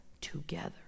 together